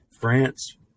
France